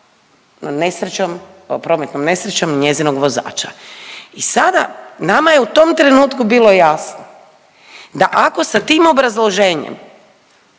prometnom nesrećom njezinog vozača. I sada nama je u tom trenutku bilo jasno da ako sa tim obrazloženjem